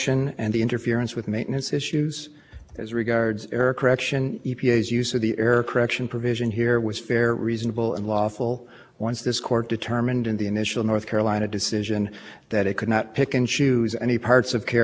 was unlawful as well as the care fips everyone knew or should have known that the care sips were also unlawful when the court subsequently issued its reconsideration order that was in order and remedy not on the merits